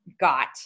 got